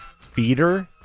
Feeder